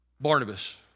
Barnabas